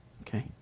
Okay